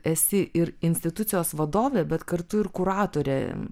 esi ir institucijos vadovė bet kartu ir kuratorė